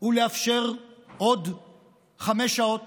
הוא לאפשר עוד חמש שעות